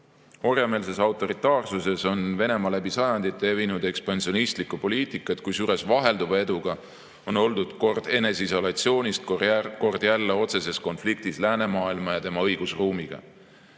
Orjameelses autoritaarsuses on Venemaa läbi sajandite evinud ekspansionistlikku poliitikat, kusjuures vahelduva eduga on oldud kord eneseisolatsioonis, kord jälle otseses konfliktis läänemaailma ja tema õigusruumiga.